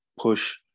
push